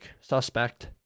suspect